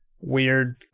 weird